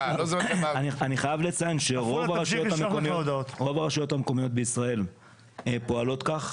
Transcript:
אני חייב לציין שרוב הרשויות המקומיות בישראל פועלות כך,